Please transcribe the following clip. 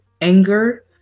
anger